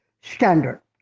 standard